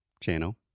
channel